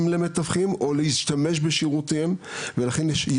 למתווכים או להשתמש בשירותם של מתווכים ולכן ישנה